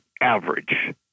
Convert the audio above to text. average